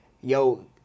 yo